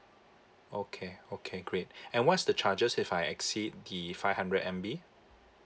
okay okay great and what's the charges if I exceed the five hundred M_B